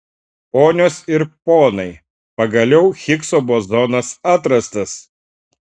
ponios ir ponai pagaliau higso bozonas atrastas